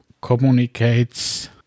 communicates